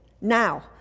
Now